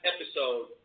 episode